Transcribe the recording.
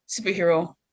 superhero